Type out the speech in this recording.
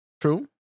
True